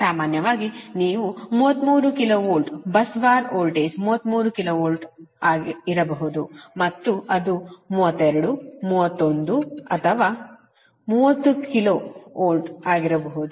ಸಾಮಾನ್ಯವಾಗಿ ನೀವು 33 KV bus bar voltage 33 KV ಇರಬಹುದು ಅದು 32 31 ಅಥವಾ 30 KV ಆಗಿರಬಹುದು